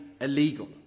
illegal